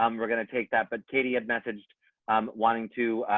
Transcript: um we're going to take that but katie had messaged um wanting to